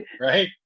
Right